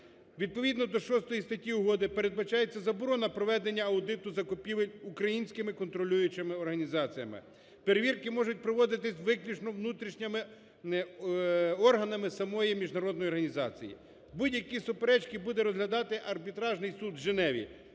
Відповідно до 6 статті угоди передбачається заборона проведення аудиту закупівель українськими контролюючими організаціями. Перевірки можуть проводитися виключно внутрішніми органами самої міжнародної організації. Будь-які суперечки буде розглядати Арбітражний суд в Женеві.